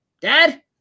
dad